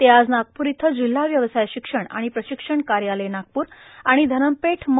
ते आज नागपूर इथं जिल्हा व्यवसाय शिक्षण आणि प्रशिक्षण कार्यालय नागपूर आणि धरमपेठ म